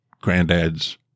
granddad's